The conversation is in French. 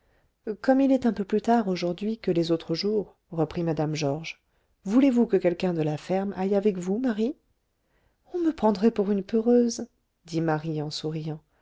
comme il est un peu plus tard aujourd'hui que les autres jours reprit mme georges voulez-vous que quelqu'un de la ferme aille avec vous marie on me prendrait pour une peureuse dit marie en